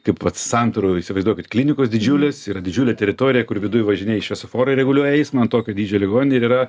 kaip vat santarų įsivaizduokit klinikos didžiulės yra didžiulė teritorija kur viduj važinėji šviesoforai reguliuoja eismą tokio dydžio ligoninė ir yra